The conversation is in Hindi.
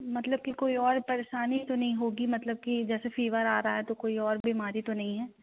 मतलब की कोई और परेशानी तो नहीं होगी मतलब की जैसे फ़ीवर आ रहा है तो कोई और बीमारी तो नहीं है